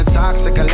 toxic